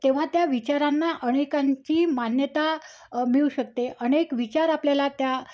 तेव्हा त्या विचारांना अनेकांची मान्यता मिळू शकते अनेक विचार आपल्याला त्या